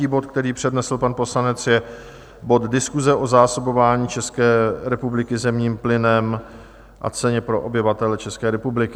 A třetí bod, který přednesl pan poslanec, je bod Diskuse o zásobování České republiky zemním plynem a ceně pro obyvatele České republiky.